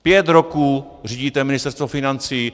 Pět roků řídíte Ministerstvo financí.